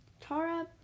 Tara